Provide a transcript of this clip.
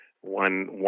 one